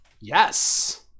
Yes